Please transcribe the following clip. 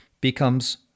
becomes